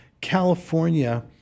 California